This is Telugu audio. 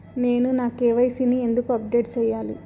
నేను నా కె.వై.సి ని ఎందుకు అప్డేట్ చెయ్యాలి?